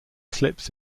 slips